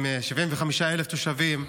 עם 75,000 תושבים,